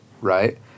right